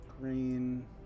Green